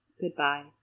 Goodbye